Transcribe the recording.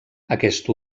aquest